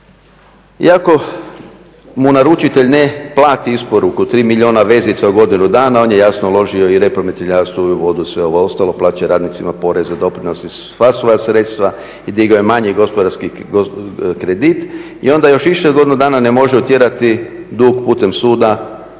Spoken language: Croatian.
iako mu naručitelj ne plati isporuku 3 milijuna vezica u godinu dana on je jasno uložio i u …/Govornik se ne razumije./… sve ovo ostalo, plaća radnicima poreze, doprinose, sva svoja sredstva i digao je manji gospodarski kredit i onda još više od godinu dana ne može utjerati dug putem suda,